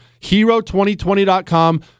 Hero2020.com